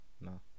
no